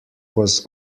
was